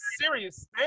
serious